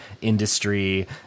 industry